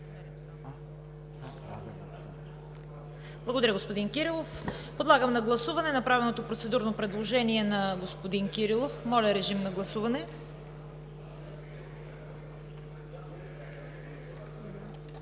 Благодаря, господин Кирилов. Подлагам на гласуване направеното процедурно предложение на господин Кирилов. Гласували